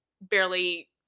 barely